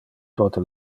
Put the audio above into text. tote